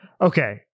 Okay